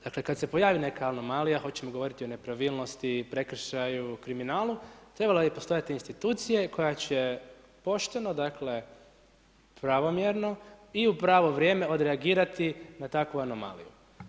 Dakle, kad se pojavi neka anomalija hoćemo govoriti o nepravilnosti, prekršaju, kriminalu trebala bi postojati institucija koja će pošteno, dakle pravomjerno i u pravo vrijeme odreagirati na takvu anomaliju.